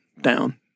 down